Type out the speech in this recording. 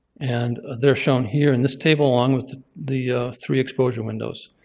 and they're shown here in this table along with the three exposure windows.